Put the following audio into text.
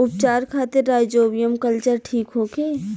उपचार खातिर rhizobium culture ठीक होखे?